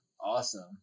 awesome